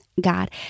God